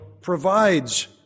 provides